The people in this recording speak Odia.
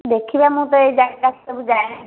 ଦେଖିବା ମୁଁ ତ ଏଇ ଜାଗା ସବୁ ଯାଇନି